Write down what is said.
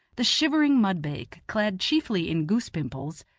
the shivering mudbake, clad chiefly in goose-pimples,